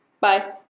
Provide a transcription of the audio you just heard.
Bye